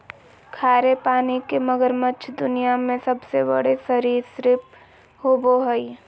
खारे पानी के मगरमच्छ दुनिया में सबसे बड़े सरीसृप होबो हइ